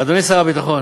אדוני שר הביטחון,